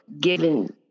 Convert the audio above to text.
given